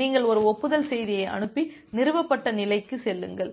நீங்கள் ஒரு ஒப்புதல் செய்தியை அனுப்பி நிறுவப்பட்ட நிலைக்கு செல்லுங்கள்